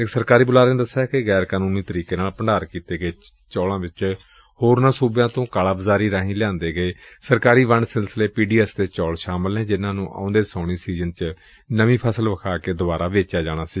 ਇਕ ਸਰਕਾਰੀ ਬੁਲਾਰੇ ਨੇ ਦਸਿਆ ਕਿ ਗੈਰ ਕਾਨੂੰਨੀ ਤਰੀਕੇ ਨਾਲ ਭੰਡਾਰ ਕੀਤੇ ਗਏ ਚੌਲਾਂ ਵਿਚ ਹੋਰਨਾਂ ਸੁਬਿਆਂ ਤੋਂ ਕਾਲਾ ਬਾਜ਼ਾਰੀ ਰਾਹੀਂ ਲਿਆਂਦੇ ਗਏ ਸਰਕਾਰੀ ਫੰਡ ਸਿਲਸਿਲੇ ਪੀ ਡੀ ਐਸ ਦੇ ਚੌਲ ਸ਼ਾਮਲ ਨੇ ਜਿਨਾਂ ਨੂੰ ਆਉਂਦੇ ਸਾਉਣੀ ਸੀਜ਼ਨ ਚ ਨਵੀਂ ਫਸਲ ਵਿਖਾ ਕੇ ਦੁਬਾਰਾ ਵੇਚਿਆ ਜਾਣਾ ਸੀ